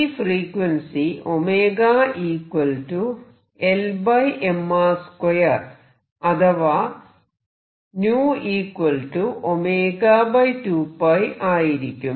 ഈ frequency LmR2 അഥവാ ν2π ആയിരിക്കും